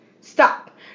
Stop